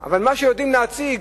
אבל מה שיודעים להציג,